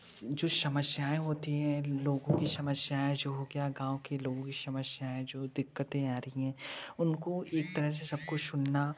जो समस्याएँ होती है लोगों की समस्याएँ हो गया गाँव के लोगों की समस्याएँ जो दिक्कतें आ रही हैं उनको एक तरह से सबको सुनना